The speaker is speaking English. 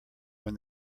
when